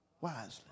wisely